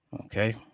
Okay